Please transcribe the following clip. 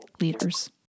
leaders